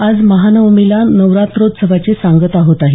आज महानवमीला नवरात्रोत्सवाची सांगता होत आहे